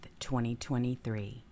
2023